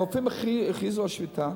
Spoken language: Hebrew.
הרופאים הכריזו על שביתה,